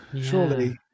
surely